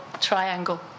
triangle